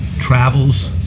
travels